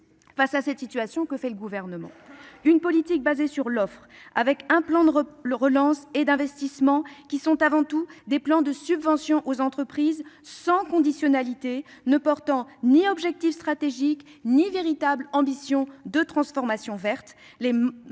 Face à cette situation, que fait le Gouvernement ? Il mène une politique fondée sur l'offre, un plan de relance et un plan d'investissement qui sont avant tout des plans de subventions aux entreprises sans conditionnalité, ne portant ni objectif stratégique ni véritable ambition de transformation verte.